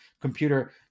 computer